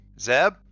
zeb